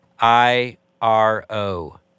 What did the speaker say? I-R-O